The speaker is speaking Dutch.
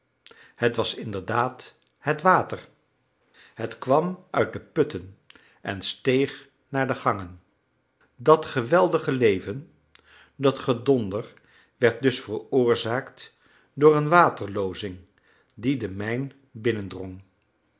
het was inderdaad het water het kwam uit de putten en steeg naar de gangen dat geweldige leven dat gedonder werd dus veroorzaakt door een waterloozing die de mijn